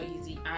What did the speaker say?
easy